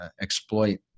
exploit